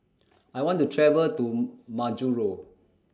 I want to travel to Majuro